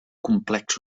complex